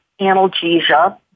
analgesia